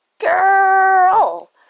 girl